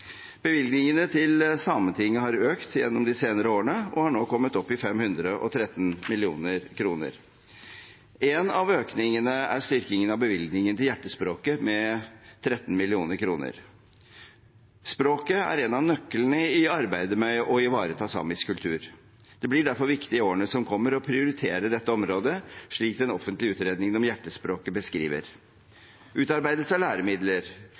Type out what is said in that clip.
Bevilgningene til Sametinget har økt gjennom de senere årene og har nå kommet opp i 513 mill. kr. En av økningene er styrkingen av bevilgningen til Hjertespråket med 13 mill. kr. Språket er en av nøklene i arbeidet med å ivareta samisk kultur. Det blir derfor viktig i årene som kommer å prioritere dette området, slik den offentlige utredningen om Hjertespråket beskriver. Utarbeidelse av læremidler,